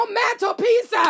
mantelpiece